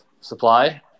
supply